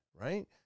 right